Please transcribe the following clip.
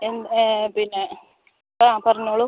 എന്ത് പിന്നെ ആ പറഞ്ഞോളൂ